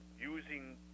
using